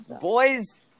Boys